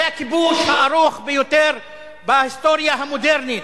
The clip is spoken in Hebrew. זה הכיבוש הארוך ביותר בהיסטוריה המודרנית,